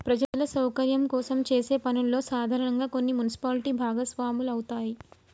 ప్రజల సౌకర్యం కోసం చేసే పనుల్లో సాధారనంగా కొన్ని మున్సిపాలిటీలు భాగస్వాములవుతాయి